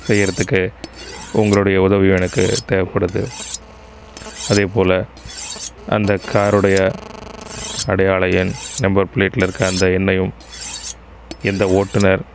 செய்யறதுக்கு உங்களுடைய உதவியு எனக்கு தேவைப்படுது அதேபோல் அந்த காருடைய அடையாள எண் நம்பர் பிளேட்டில் இருக்க அந்த எண்ணையும் எந்த ஓட்டுநர்